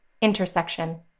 Intersection